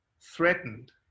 threatened